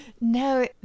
No